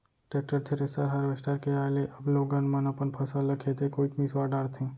tractor, thresher, harvester के आए ले अब लोगन मन अपन फसल ल खेते कोइत मिंसवा डारथें